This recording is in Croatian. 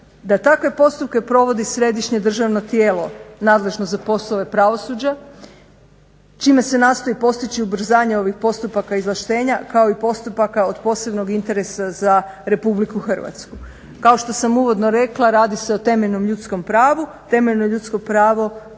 da takve postupke provodi središnje državno tijelo nadležno za poslove pravosuđa čime se nastoji postići ubrzanje ovih postupaka izvlaštenja kao i postupaka od posebnog interesa za RH. Kao što sam uvodno rekla, radi se o temeljnom ljudskom pravu, temeljno ljudsko pravo